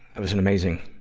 it was an amazing,